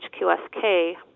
HQSK